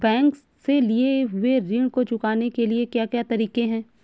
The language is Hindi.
बैंक से लिए हुए ऋण को चुकाने के क्या क्या तरीके हैं?